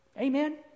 Amen